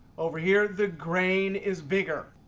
over here, the grain is bigger.